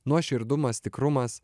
nuoširdumas tikrumas